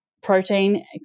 protein